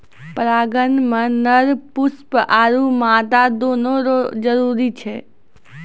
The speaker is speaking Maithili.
परागण मे नर पुष्प आरु मादा दोनो रो जरुरी छै